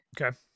okay